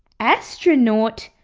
astronaut?